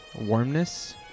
warmness